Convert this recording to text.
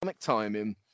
timing